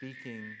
speaking